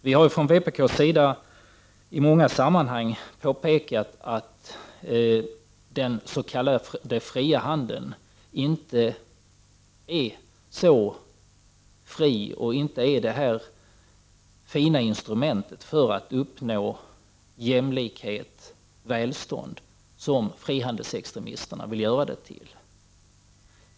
Vi har från vpk:s sida i många sammanhang påpekat att den s.k. frihandeln inte är så fri och inte är det fina instrument för att uppnå jämlikhet och välstånd som frihandelsextremisterna vill göra den till.